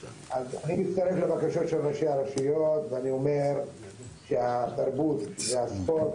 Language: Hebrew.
מצטרף לבקשות של ראשי הרשויות ואני אומר שהתרבות והספורט